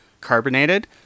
carbonated